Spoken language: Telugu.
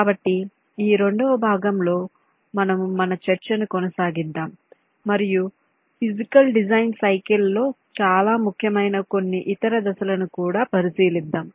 కాబట్టి ఈ రెండవ భాగం లో మనము మన చర్చను కొనసాగిద్దాం మరియు ఫీజికల్ డిజైన్ సైకిల్ లో చాలా ముఖ్యమైన కొన్ని ఇతర దశలను కూడా పరిశీలిస్తాము